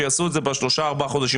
שעשו את זה בשלושה-ארבעה חודשים